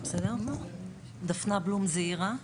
דפנה בלום זעירא,